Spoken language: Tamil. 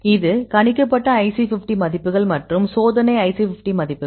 இது கணிக்கப்பட்ட IC50 மதிப்புகள் மற்றும் சோதனை IC50 மதிப்புகள்